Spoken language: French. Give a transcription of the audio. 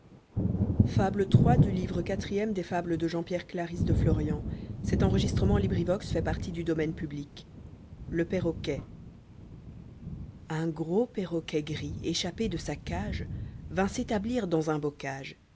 jle perroquet blji gros perroquet gris échappé de sa cage vmt s'établir dans un bocage